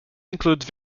include